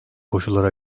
koşulları